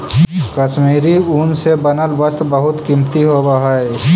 कश्मीरी ऊन से बनल वस्त्र बहुत कीमती होवऽ हइ